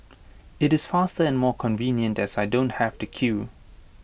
IT is faster and more convenient as I don't have to queue